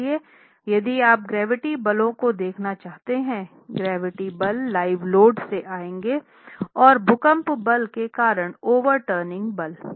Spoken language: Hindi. इसलिए यदि आप ग्रैविटीबलों को देखना चाहते थे ग्रैविटी बल लाइव लोड से आएँगे और भूकंप बल के कारण ओवर टर्निंग पल